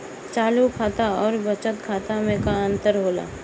चालू खाता अउर बचत खाता मे का अंतर होला?